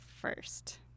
first